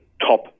top